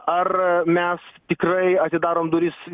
ar mes tikrai atidarom duris